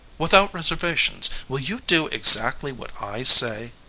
without reservations? will you do exactly what i say?